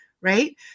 right